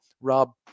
Rob